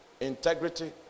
integrity